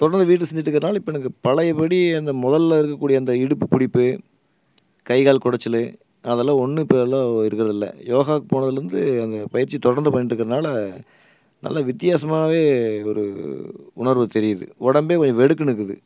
தொடர்ந்து வீட்டில் செஞ்சுட்டு இருக்கிறதுனால இப்போ எனக்கு பழைய படி அந்த முதல்ல இருக்க கூடிய அந்த இடுப்பு பிடிப்பு கை கால் குடச்சலு அதல்லாம் ஒன்றும் இப்போ எல்லாம் இருக்கிறதில்ல யோகாவுக்கு போனதிலேருந்து அந்த பயிற்சி தொடர்ந்து பண்ணிகிட்டு இருக்கறதுனால நல்ல வித்யாசமாகவே ஒரு உணர்வு தெரியுது உடம்பே கொஞ்சம் வெடுக்குனு இருக்குது